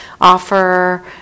offer